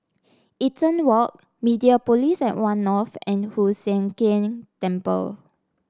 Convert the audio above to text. Eaton Walk Mediapolis at One North and Hoon Sian Keng Temple